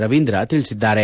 ರವೀಂದ್ರ ತಿಳಿಸಿದ್ದಾರೆ